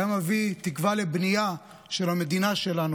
היה מביא תקווה לבנייה של המדינה שלנו,